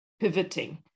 pivoting